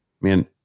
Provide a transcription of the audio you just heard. man